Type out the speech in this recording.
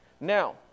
now